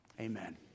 amen